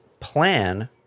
plan